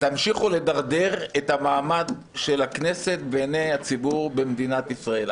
תמשיכו לדרדר את המעמד של הכנסת בעיני הציבור במדינת ישראל.